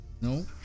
No